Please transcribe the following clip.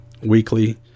weekly